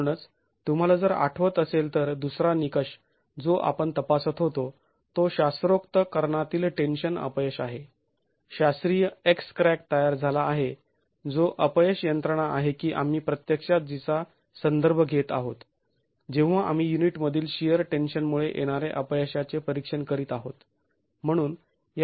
म्हणूनच तुम्हाला जर आठवत असेल तर दुसरा निकष जो आपण तपासत होतो तो शास्त्रोक्त कर्णातील टेन्शन अपयश आहे शास्त्रीय x क्रॅक तयार झाला आहे जो अपयश यंत्रणा आहे की आम्ही प्रत्यक्षात जिचा संदर्भ घेत आहोत जेव्हा आम्ही युनिटमधील शिअर टेन्शनमुळे येणारे अपयशाचे परीक्षण करीत आहोत